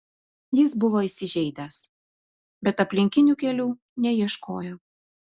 jis buvo įsižeidęs bet aplinkinių kelių neieškojo